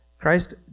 Christ